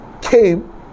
came